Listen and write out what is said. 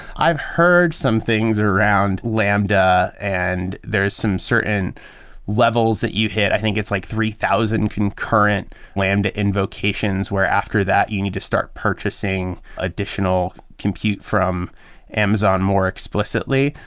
i've heard some things around lambda and there are some certain levels that you hit. i think it's like three thousand concurrent lambda invocations where after that you need to start purchasing additional compute from amazon more explicitly.